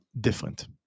different